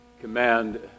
command